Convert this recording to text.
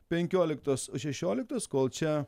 penkioliktos šešioliktos kol čia